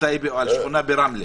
טייבה -- טייבה או על שכונה ברמלה.